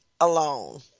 alone